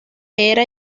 era